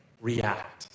react